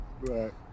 Right